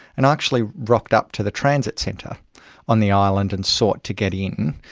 and actually rocked up to the transit centre on the island and sought to get in.